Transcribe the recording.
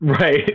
Right